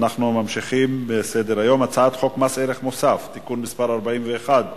אנחנו ממשיכים בסדר-היום: הצעת חוק מס ערך מוסף (תיקון מס' 41),